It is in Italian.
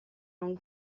non